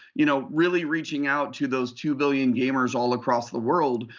you know really reaching out to those two billion gamers all across the world.